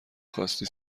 خواستی